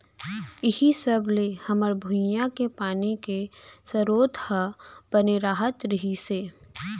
इहीं सब ले हमर भुंइया के पानी के सरोत ह बने रहत रहिस हे